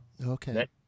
Okay